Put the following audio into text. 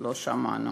לא שמענו."